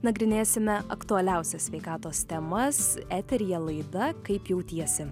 nagrinėsime aktualiausias sveikatos temas eteryje laida kaip jautiesi